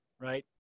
right